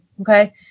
okay